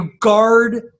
guard